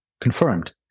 confirmed